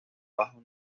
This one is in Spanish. bajo